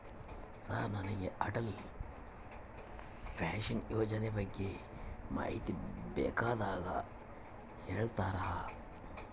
Sir ನನಗೆ Atal pension ಯೋಜನೆ ಬಗ್ಗೆ ಮಾಹಿತಿ ಬೇಕಾಗ್ಯದ ಹೇಳ್ತೇರಾ?